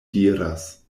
diras